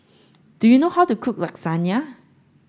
do you know how to cook Lasagna